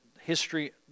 history